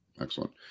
Excellent